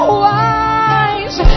wise